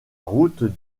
route